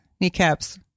kneecaps